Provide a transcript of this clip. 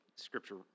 Scripture